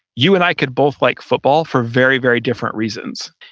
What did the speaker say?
you and i could both like football for very, very different reasons.